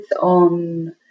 on